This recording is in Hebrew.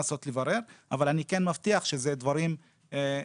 אבל אני כן מבטיח שאלה דברים חשובים.